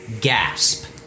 gasp